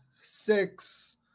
six